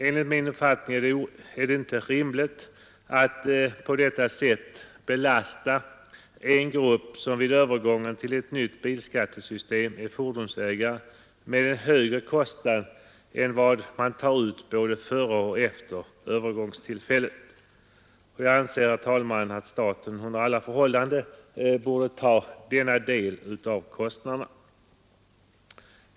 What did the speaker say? Enligt min uppfattning är det inte rimligt att på detta sätt belasta en grupp, som vid övergången till ett nytt bilskattesystem är fordonsägare, med en högre kostnad än vad man tar ut både före och efter övergångstillfället. Jag anser, herr talman, att staten under alla förhållanden bör bära denna del av kostnaderna.